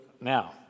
now